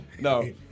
No